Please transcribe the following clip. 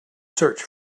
search